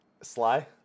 Sly